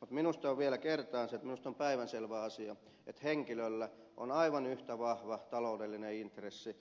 mutta kertaan vielä sen että minusta on päivänselvä asia että henkilöllä on aivan yhtä vahva taloudellinen intressi